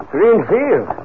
Greenfield